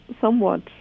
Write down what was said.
somewhat